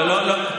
לא, לא.